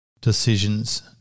decisions